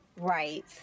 Right